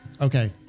Okay